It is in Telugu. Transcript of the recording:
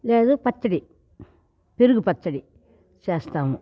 లేదు పచ్చడి పెరుగు పచ్చడి చేస్తాము